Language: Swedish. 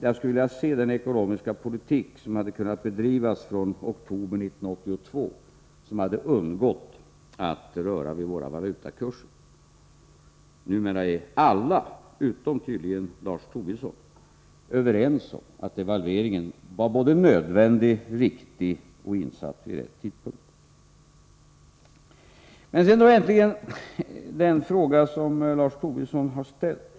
Jag skulle vilja se den ekonomiska politik som hade kunnat bedrivas från oktober 1982 och som hade undgått att röra vid våra valutakurser. Numera är alla — utom tydligen Lars Tobisson — överens om att devalveringen var både nödvändig, riktig och insatt vid rätt tidpunkt. Men låt mig så äntligen återgå till den fråga som Lars Tobisson har ställt.